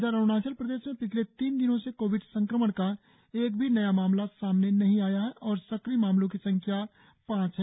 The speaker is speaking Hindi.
इधर अरुणाचल प्रदेश में पिछले तीन दिनों से कोविड संक्रम का एक भी नया मामला सामने नहीं आया है और सक्रिय मामलॉ की संख्या पांच है